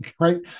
right